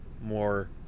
more